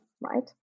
right